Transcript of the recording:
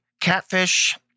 Catfish